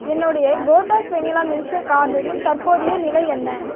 என்னுடைய Kothas vanilla milkshake ஆர்டரின் தற்போதைய நிலை என்ன